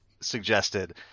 suggested